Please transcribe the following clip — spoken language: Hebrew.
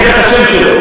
אני אגיד לך,